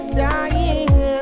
dying